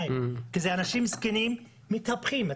זה אנשים זקנים שמתהפכים.